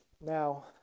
Now